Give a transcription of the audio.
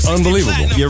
Unbelievable